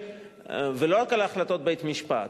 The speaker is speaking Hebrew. ולא רק על החלטות בית-המשפט,